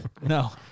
No